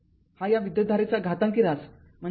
हा या विद्युतधारेचा घातांकी ऱ्हास आहे